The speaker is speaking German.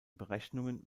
berechnungen